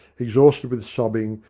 exhausted with sobbing,